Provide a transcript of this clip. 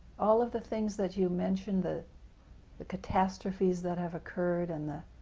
all of the things that you mentioned, the the catastrophes that have occurred and the